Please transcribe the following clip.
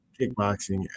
kickboxing